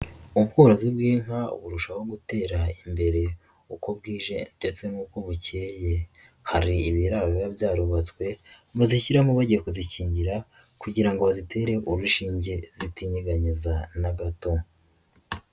Ubworozi bw'inka burushaho gutera imbere uko bwije ndetse n'uko bukeye hari ibi biba byarubatswe bazishyiramo bagiye kuzikingira kugira ngo bazitere urushinge zitinyeganyeza na gato.